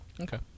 Okay